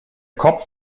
kopf